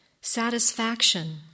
Satisfaction